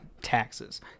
taxes